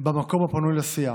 במקום הפנוי לסיעה.